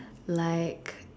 like